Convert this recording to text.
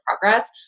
progress